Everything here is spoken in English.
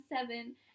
seven